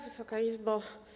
Wysoka Izbo!